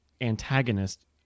antagonist